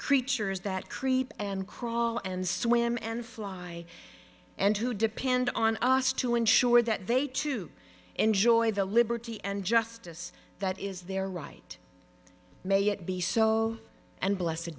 creatures that creep and crawl and swim and fly and who depend on us to ensure that they too enjoy the liberty and justice that is their right may it be so and blessed